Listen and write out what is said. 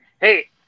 Hey